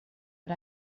but